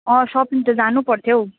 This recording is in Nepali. सपिङ त जानु पर्थ्यो